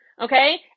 Okay